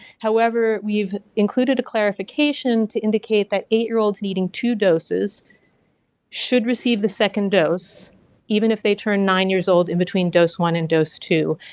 however, we've included a clarification to indicate that eight-year-olds needing two doses should receive the second dose even if they turn nine years old in between dose one and dose two.